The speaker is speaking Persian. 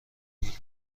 بود